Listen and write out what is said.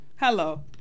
Hello